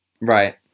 Right